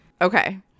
Okay